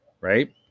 right